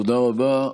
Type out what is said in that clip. תודה רבה.